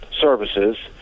services